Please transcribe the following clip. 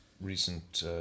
recent